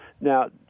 Now